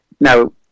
Now